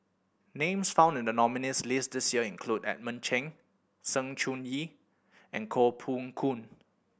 names found in the nominees' list this year include Edmund Cheng Sng Choon Yee and Koh Poh Koon